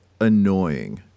annoying